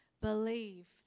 believe